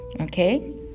Okay